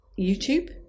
youtube